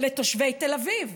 לתושבי תל אביב.